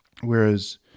Whereas